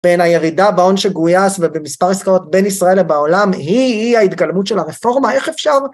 בין הירידה בהון שגויס ובמספר עסקאות בין ישראל לבעולם היא היא ההתגלמות של הרפורמה, איך אפשר?...